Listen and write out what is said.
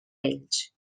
ells